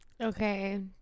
okay